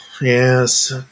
yes